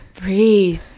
Breathe